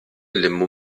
limo